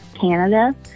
Canada